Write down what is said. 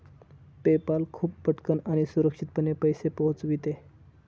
PayPal खूप पटकन आणि सुरक्षितपणे पैसे पोहोचविते